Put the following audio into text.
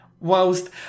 whilst